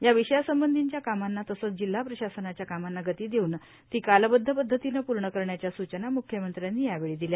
या विषयांसंबंधीच्या कामांना तसंच जिल्हा प्रशासनाच्या कामांना गती देऊन ती कालबद्ध पदधतीनं पूर्ण करण्याच्या सूचना मुख्यमंत्र्यांनी यावेळी दिल्या